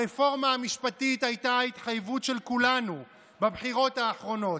הרפורמה המשפטית הייתה ההתחייבות של כולנו בבחירות האחרונות.